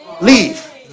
leave